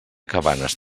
cabanes